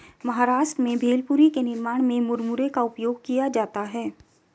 महाराष्ट्र में भेलपुरी के निर्माण में मुरमुरे का उपयोग किया जाता है